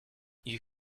you